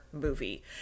movie